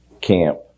camp